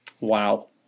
Wow